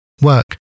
Work